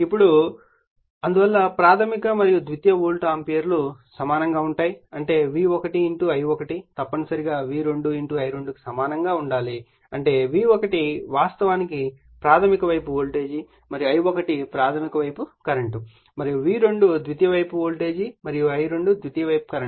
ఇప్పుడు అందువల్ల ప్రాధమిక మరియు ద్వితీయ వోల్ట్ ఆంపియర్లు సమానంగా ఉంటాయి అంటే V1 I1 తప్పనిసరిగా V2 I2 కు సమానంగా ఉండాలి అంటే V1 వాస్తవానికి ప్రాధమిక వైపు వోల్టేజ్ మరియు I1 ప్రాధమిక వైపు కరెంట్ మరియు V2 ద్వితీయ వైపు వోల్టేజ్ మరియు I2 ద్వితీయ వైపు కరెంట్